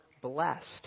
blessed